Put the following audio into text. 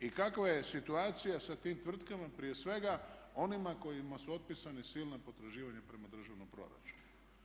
I kakva je situacija sa tim tvrtkama prije svega onima kojima su otpisana silna potraživanja prema državnom proračunu.